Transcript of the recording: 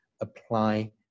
apply